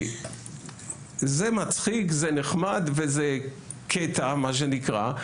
זה מצחיק זה נחמד וזה קטע, מה שנקרא,